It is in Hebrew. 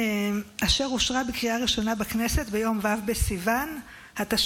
אשר אושרה בקריאה ראשונה בכנסת ביום ו' בניסן התשפ"ג,